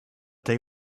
they